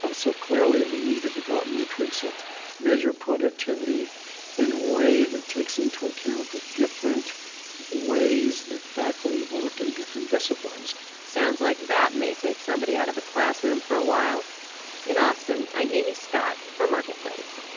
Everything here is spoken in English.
ah so clearly we need to develop metrics that measure productivity in a way that takes into account the different ways that faculty work in different disciplines sounds like that may take somebody out of the classroom for a while in austin, i'm amy scott for marketplace